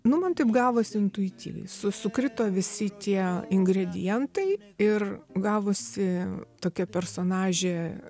nu man taip gavosi intuityviai su sukrito visi tie ingredientai ir gavosi tokia personažė